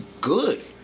good